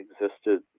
existed